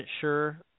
sure